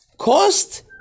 cost